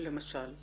למשל.